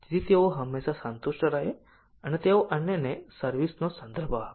જેથી તેઓ હંમેશા સંતુષ્ટ રહે અને તેઓ અન્યને સર્વિસ નો સંદર્ભ આપે